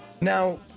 Now